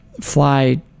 fly